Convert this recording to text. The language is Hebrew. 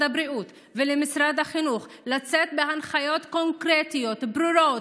הבריאות ולמשרד החינוך לצאת בהנחיות קונקרטיות ברורות,